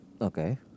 Okay